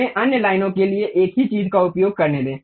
हमें अन्य लाइनों के लिए एक ही चीज का उपयोग करने दें